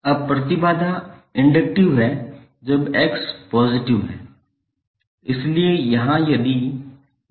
अब प्रतिबाधा इंडक्टिव है जब X सकारात्मक है